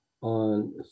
on